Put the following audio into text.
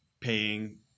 paying